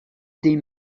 des